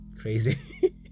crazy